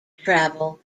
travel